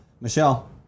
Michelle